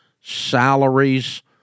salaries